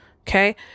Okay